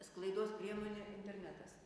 sklaidos priemonė internetas